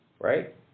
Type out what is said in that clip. right